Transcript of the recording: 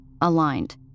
aligned